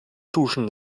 duschen